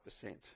percent